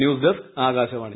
news desk Akashvani